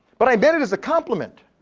but i meant it as a compliment.